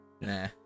Nah